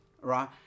right